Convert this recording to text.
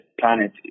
planet